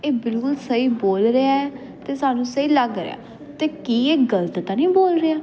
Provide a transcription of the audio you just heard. ਇਹ ਬਿਲਕੁਲ ਸਹੀ ਬੋਲ ਰਿਹਾ ਅਤੇ ਸਾਨੂੰ ਸਹੀ ਲੱਗ ਰਿਹਾ ਅਤੇ ਕੀ ਇਹ ਗਲਤ ਤਾਂ ਨਹੀਂ ਬੋਲ ਰਿਹਾ